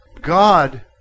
God